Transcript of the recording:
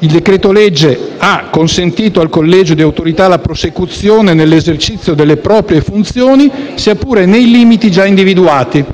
Il decreto-legge ha consentito al collegio dell'Autorità la prosecuzione nell'esercizio delle proprie funzioni, sia pure nei limiti già individuati